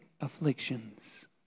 afflictions